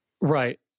Right